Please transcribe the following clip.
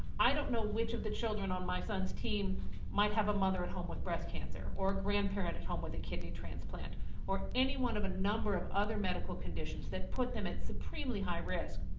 i don't know which of the children on my son's team might have a mother at home with breast cancer or grandparent at home with a kidney transplant or any one of a number of other medical conditions that put them at supremely high risk,